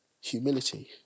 humility